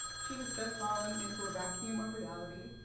she has just fallen into a vacuum of reality,